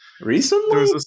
recently